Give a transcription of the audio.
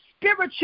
Spiritual